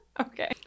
Okay